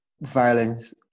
Violence